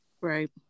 Right